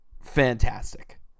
fantastic